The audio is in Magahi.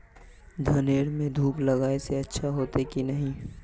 धानेर में धूप लगाए से अच्छा होते की नहीं?